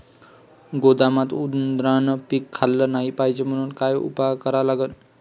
गोदामात उंदरायनं पीक खाल्लं नाही पायजे म्हनून का उपाय करा लागन?